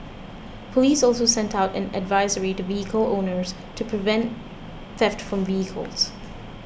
police also sent out an advisory to vehicle owners to prevent theft from vehicles